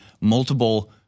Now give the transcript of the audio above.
multiple